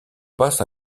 passe